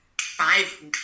five